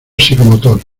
psicomotor